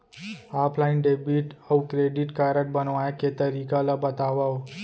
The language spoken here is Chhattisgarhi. ऑफलाइन डेबिट अऊ क्रेडिट कारड बनवाए के तरीका ल बतावव?